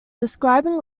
describing